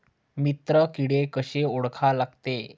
मित्र किडे कशे ओळखा लागते?